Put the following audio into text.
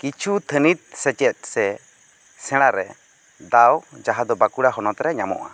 ᱠᱤᱪᱷᱩ ᱛᱷᱟᱹᱱᱤᱛ ᱥᱮᱪᱮᱫ ᱥᱮ ᱥᱮᱬᱟ ᱨᱮ ᱫᱟᱣ ᱡᱟᱦᱟᱸ ᱫᱚ ᱵᱟᱸᱠᱩᱲᱟ ᱦᱚᱱᱚᱛ ᱨᱮ ᱧᱟᱢᱚᱜᱼᱟ